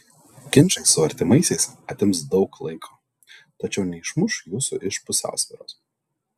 ginčai su artimaisiais atims daug laiko tačiau neišmuš jūsų iš pusiausvyros